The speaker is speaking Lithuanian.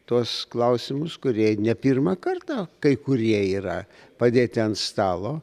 tuos klausimus kurie ne pirmą kartą kai kurie yra padėti ant stalo